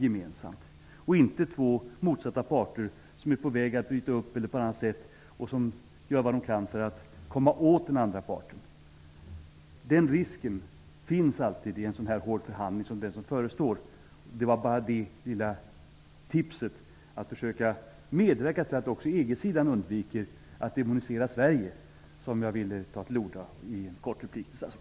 Det är inte fråga om två motsatta parter som är på väg att bryta upp eller som gör vad de kan för att komma åt den andra parten. Den risken finns alltid vid en så hård förhandling som nu förestår. Det var bara för att ge ett litet tips på hur man kan medverka till att också EG-sidan undviker att demonisera Sverige som jag ville ta till orda i en kort replik till statsrådet.